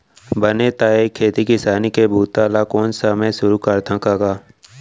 बने त ए खेती किसानी के बूता ल कोन समे सुरू करथा कका?